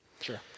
Sure